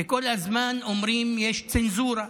וכל הזמן אומרים שיש צנזורה.